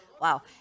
Wow